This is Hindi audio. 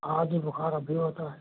हाँ जी बुखार अब भी होता है